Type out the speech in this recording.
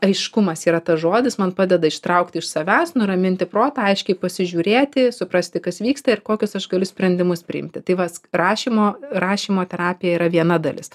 aiškumas yra tas žodis man padeda ištraukti iš savęs nuraminti protą aiškiai pasižiūrėti suprasti kas vyksta ir kokius aš galiu sprendimus priimti tai vat rašymo rašymo terapija yra viena dalis